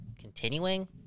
continuing